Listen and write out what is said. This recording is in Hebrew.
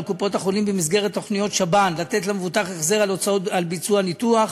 קופות-החולים במסגרת תוכניות שב"ן לתת למבוטח החזר על ביצוע ניתוח.